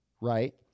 right